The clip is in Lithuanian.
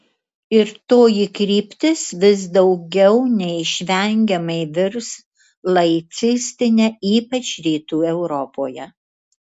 ir toji kryptis vis daugiau neišvengiamai virs laicistine ypač rytų europoje